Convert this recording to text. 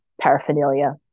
paraphernalia